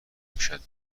کشد